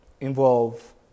involve